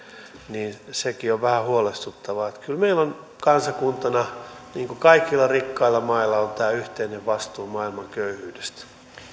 on on vähän huolestuttavaa kyllä meillä on kansakuntana niin kuin kaikilla rikkailla mailla tämä yhteinen vastuu maailman köyhyydestä